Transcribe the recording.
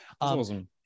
awesome